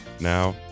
Now